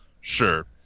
Sure